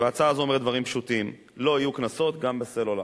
וההצעה הזו אומרת דברים פשוטים: לא יהיו קנסות גם בסלולר.